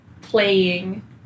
playing